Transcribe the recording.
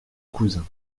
cousin